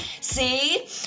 See